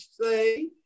say